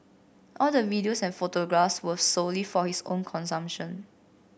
all the videos and photographs were solely for his own consumption